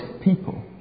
people